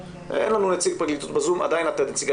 אין לנו ב-זום את נציג הפרקליטות ועדיין את נציגת